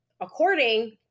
according